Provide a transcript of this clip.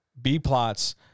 B-plots